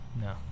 no